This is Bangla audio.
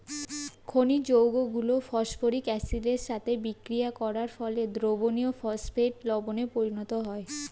খনিজ যৌগগুলো ফসফরিক অ্যাসিডের সাথে বিক্রিয়া করার ফলে দ্রবণীয় ফসফেট লবণে পরিণত হয়